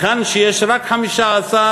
היכן שיש רק 15%,